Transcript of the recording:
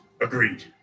Agreed